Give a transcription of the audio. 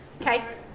Okay